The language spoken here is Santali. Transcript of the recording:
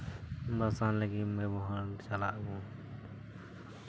ᱵᱷᱟᱥᱟᱱ ᱞᱟᱹᱜᱤᱫ ᱵᱮᱵᱚᱦᱟᱨ ᱪᱟᱞᱟᱜ ᱟᱵᱚᱱ